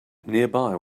nearby